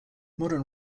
modern